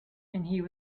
and